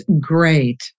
great